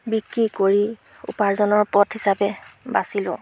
বিক্ৰী কৰি উপাৰ্জনৰ পথ হিচাপে বাচিলোঁ